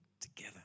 together